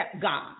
God